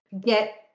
get